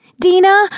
Dina